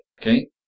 Okay